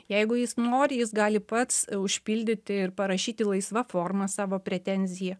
jeigu jis nori jis gali pats užpildyti ir parašyti laisva forma savo pretenziją